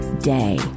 day